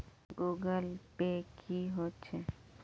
Google Pay की होचे?